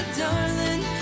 darling